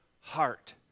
heart